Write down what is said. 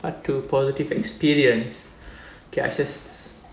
part two positive experience okay I just